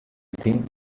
think